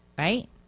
Right